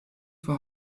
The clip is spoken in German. war